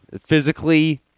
physically